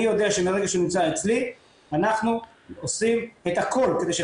אני יודע שמרגע שהוא נמצא אצלי אנחנו עושים את הכל כדי שתוך 24